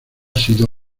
sido